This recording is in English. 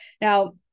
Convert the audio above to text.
Now